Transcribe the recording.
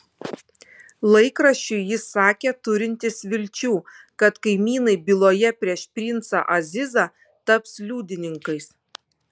laikraščiui jis sakė turintis vilčių kad kaimynai byloje prieš princą azizą taps liudininkais